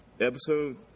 episode